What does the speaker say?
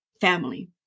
family